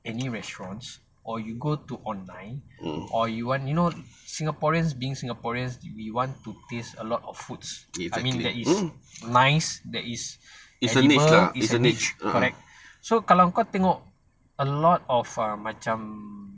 any restaurants or you go to online or you want you know singaporeans being singaporeans we want to taste a lot of foods I mean that is nice there is is a nature is a niche correct so kalau kau tengok a lot of macam